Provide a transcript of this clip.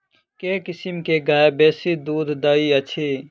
केँ किसिम केँ गाय बेसी दुध दइ अछि?